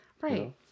Right